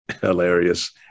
hilarious